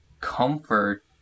Comfort